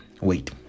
Wait